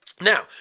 Now